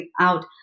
out